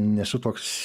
nesu toks